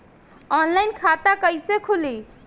Online खाता कईसे खुलि?